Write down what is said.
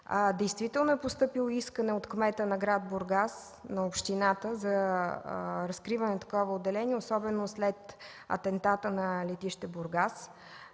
Действително е постъпило искане от кмета на гр. Бургас, на общината, за разкриване на такова отделение, особено след атентата на летище Бургас,